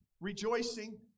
rejoicing